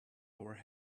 our